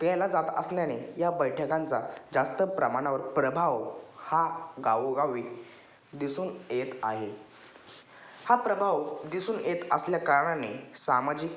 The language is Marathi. केला जात असल्याने या बैठकांचा जास्त प्रमाणावर प्रभाव हा गावोगावी दिसून येत आहे हा प्रभाव दिसून येत असल्या कारणाने सामाजिक